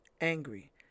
angry